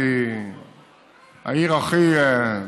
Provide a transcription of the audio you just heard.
שהיא העיר הכי,